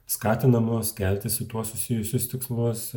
skatinamos kelti su tuo susijusius tikslus